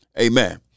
Amen